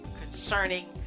concerning